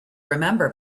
remember